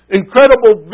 incredible